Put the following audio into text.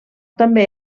també